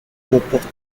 comporte